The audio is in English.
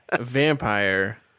vampire